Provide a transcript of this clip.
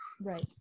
Right